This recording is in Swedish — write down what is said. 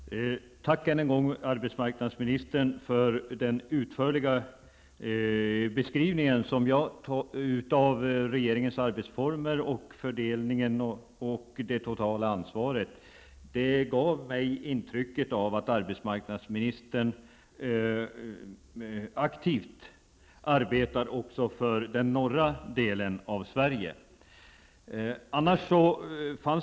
Herr talman! Jag vill än en gång tacka arbetsmarknadsministern för den utförliga beskrivningen av regeringens arbetsformer vad gäller fördelningen och det totala ansvaret. Det gav mig intrycket att arbetsmarknadsministern aktivt arbetar också för den norra delen av Sverige.